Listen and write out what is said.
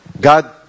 God